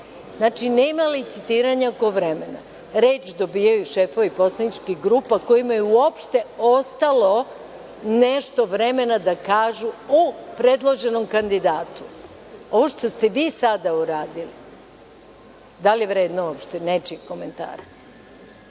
Znači, nema licitiranje oko vremena. Reč dobijaju šefovi poslaničkih grupa kojima je uopšte ostalo nešto vremena da kažu o predloženom kandidatu. Ovo što ste vi sada uradili, da li je vredno uopšte nečijeg komentara?